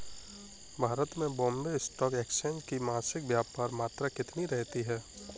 भारत में Bombay stock exchange की मासिक व्यापार मात्रा कितनी रहती है?